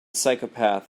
psychopath